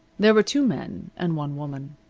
there were two men and one woman.